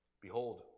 Behold